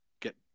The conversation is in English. get